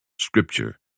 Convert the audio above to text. Scripture